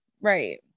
Right